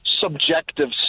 subjective